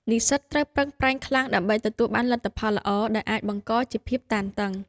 និស្សិតត្រូវប្រឹងប្រែងខ្លាំងដើម្បីទទួលបានលទ្ធផលល្អ ដែលអាចបង្កជាភាពតានតឹង។